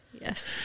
Yes